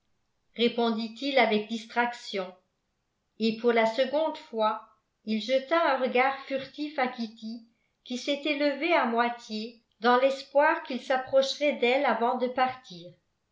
répondit-il avec distraction et pour la seconde fois il jeta un regard furtif à kitty qui s'était levée à moitié dans l'espoir qu'il s'approcherait d'elle avant de partir